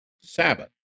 Sabbath